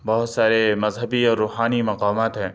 بہت سارے مذہبی اور روحانی مقامات ہیں